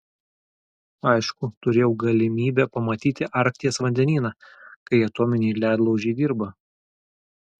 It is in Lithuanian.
aišku turėjau galimybę pamatyti arkties vandenyną kai atominiai ledlaužiai dirba